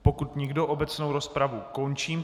Pokud nikdo, obecnou rozpravu končím.